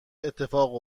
اتفاق